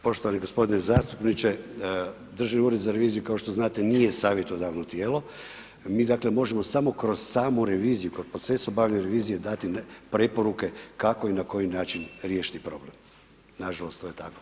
Poštovani g. zastupniče, Državni ured za reviziju kao što znate nije savjetodavno tijelo, mi dakle možemo samo kroz samu reviziju kod procesa obavljanja revizije, dati preporuke kako i na koji način riješiti problem, nažalost to je tako.